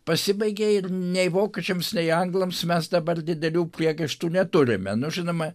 pasibaigė ir nei vokiečiams nei anglams mes dabar didelių priekaištų neturime nu žinoma